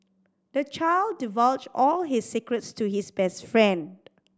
the child divulged all his secrets to his best friend